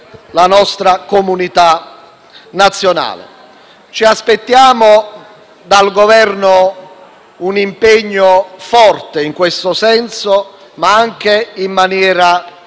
Ci aspettiamo dal Governo un impegno forte in questo senso, ma anche concreto,